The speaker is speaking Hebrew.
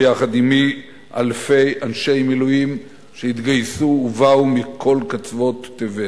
ויחד עמי אלפי אנשי מילואים שהתגייסו ובאו מכל קצוות תבל.